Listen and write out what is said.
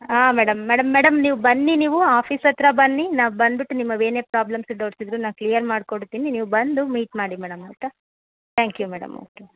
ಹಾಂ madam madam madam ನೀವು ಬನ್ನಿ ನೀವು ಆಫೀಸ್ ಹತ್ರ ಬನ್ನಿ ನಾ ಬಂದುಬಿಟ್ಟು ನಿಮ್ಮವೇನೇ ಪ್ರಾಬ್ಲಮ್ಸು ಡೌಟ್ಸ್ ಇದ್ದರೂ ನಾ ಕ್ಲಿಯರ್ ಮಾಡಿಕೊಡ್ತೀನಿ ನೀವು ಬಂದು ಮೀಟ್ ಮಾಡಿ ಮೇಡಮ್ ಆಯಿತಾ ತ್ಯಾಂಕ್ ಯು ಮೇಡಮ್ ಓಕೆ